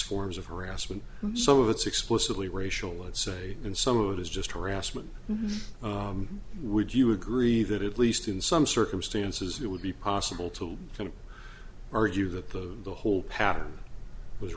forms of harassment so it's explicitly racial let's say and some of it is just harassment would you agree that at least in some circumstances it would be possible to argue that the the whole pattern was